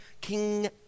king